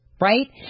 right